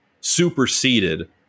superseded